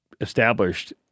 established